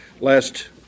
Last